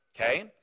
okay